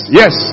yes